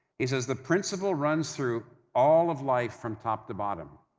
he says, the principle runs through all of life from top to bottom.